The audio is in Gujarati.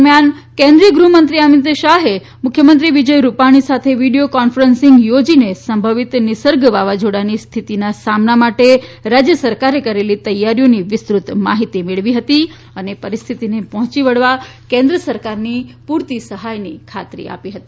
દરમિયાન કેન્દ્રીય ગૃહમંત્રી અમિત શાહે મુખ્યમંત્રી વિજય રૂપાણી સાથે વિડીયો કોન્ફરસીંગ યોજીને સંભવિત નિસર્ગ વાવાઝોડાની સ્થિતિના સામના માટે રાજ્ય સરકારે કરેલી તૈયારીઓની વિસ્તૃત માહિતી મેળવી હતી અને પરિસ્થિતિને પહોંચી વળવા કેન્દ્રસરકારની પૂરતી સહાયની ખાતરી આપી હતી